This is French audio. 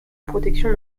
protection